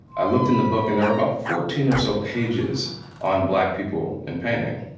i looked in the book, and there were about fourteen or so pages on black people and painting.